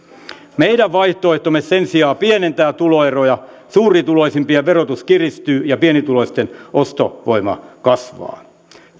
meidän vaihtoehtomme sen sijaan pienentää tuloeroja siinä suurituloisimpien verotus kiristyy ja pienituloisten ostovoima kasvaa